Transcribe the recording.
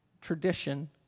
tradition